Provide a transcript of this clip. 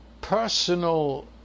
personal